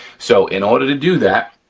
so in order to do that,